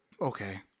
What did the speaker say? okay